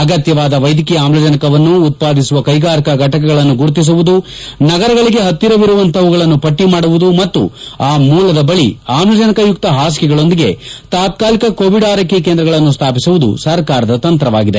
ಅಗತ್ಯವಾದ ವೈದ್ಯಕೀಯ ಆಮ್ಲಜನಕವನ್ನು ಉತ್ಪಾದಿಸುವ ಕೈಗಾರಿಕಾ ಫಟಕಗಳನ್ನು ಗುರುತಿಸುವುದು ನಗರಗಳಿಗೆ ಹತ್ತಿರವಿರುವಂತಹವುಗಳನ್ನು ಪಟ್ಟ ಮಾಡುವುದು ಮತ್ತು ಆ ಮೂಲದ ಬಳಿ ಆಮ್ಲಜನಕಯುಕ್ತ ಹಾಸಿಗೆಗಳೊಂದಿಗೆ ತಾತ್ಕಾಲಿಕ ಕೋವಿಡ್ ಆರ್ೈಕೆ ಕೇಂದ್ರಗಳನ್ನು ಸ್ವಾಪಿಸುವುದು ಸರ್ಕಾರದ ತಂತ್ರವಾಗಿದೆ